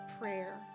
prayer